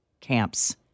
camps